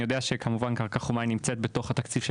אני יודע שקרקע חומה נמצאת בתוך התקציב של